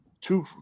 two